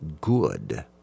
good